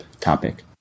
topic